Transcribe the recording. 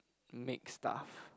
make stuff